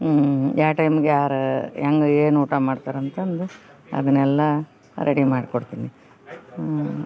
ಯಾವ ಟೈಮ್ಗ ಯಾರು ಹೆಂಗೆ ಏನು ಊಟ ಮಾಡ್ತಾರಂತಂದು ಅದನ್ನೆಲ್ಲ ರೆಡಿ ಮಾಡಿ ಕೊಡ್ತೀನಿ